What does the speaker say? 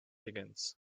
higgins